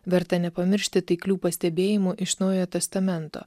verta nepamiršti taiklių pastebėjimų iš naujojo testamento